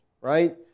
Right